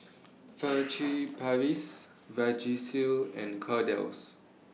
Paris Vagisil and Kordel's